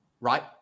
right